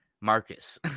Marcus